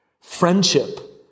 friendship